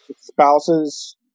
Spouses